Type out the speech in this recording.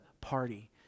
party